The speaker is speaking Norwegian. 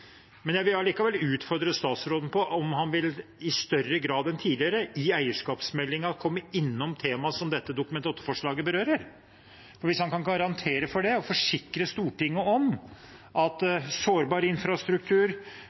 han – i større grad enn tidligere – i eierskapsmeldingen vil komme innom temaer som dette Dokument 8-forslaget berører. Hvis han kan garantere for det og forsikre Stortinget om at han kommer inn på dette i eierskapsmeldingen – sårbar infrastruktur,